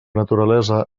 naturalesa